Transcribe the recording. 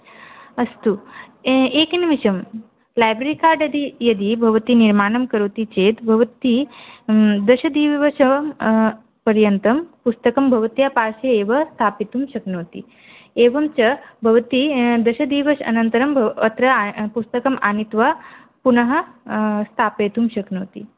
अस्तु ए एकनिमेषं लैब्रेरी कार्ड् यद् यदि भवती निर्माणं करोति चेत् भवती दशदिवसं पर्यन्तं पुस्तकं भवत्याः पार्श्वे एव स्थापितुं शक्नोति एवञ्च भवती दशदिवस अनन्तरम् भ अत्र पुस्तकम् आनीत्वा पुनः स्थापयितुं शक्नोति